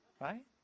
Right